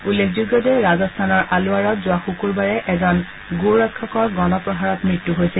উল্লেখযোগ্য যে ৰাজস্থানৰ আলোৱাৰত যোৱা শুকুৰবাৰে এজন গো ৰক্ষকৰ গণ প্ৰহাৰত মৃত্যু হৈছিল